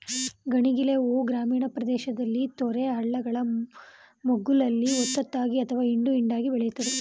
ಗಣಗಿಲೆ ಹೂ ಗ್ರಾಮೀಣ ಪ್ರದೇಶದಲ್ಲಿ ತೊರೆ ಹಳ್ಳಗಳ ಮಗ್ಗುಲಲ್ಲಿ ಒತ್ತೊತ್ತಾಗಿ ಅಥವಾ ಹಿಂಡು ಹಿಂಡಾಗಿ ಬೆಳಿತದೆ